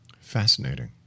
Fascinating